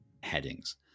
headings